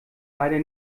leider